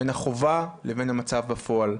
בין החובה לבין המצב בפועל.